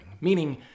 meaning